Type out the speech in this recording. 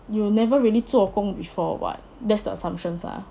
you will never really 做工 before [what] that's the assumptions lah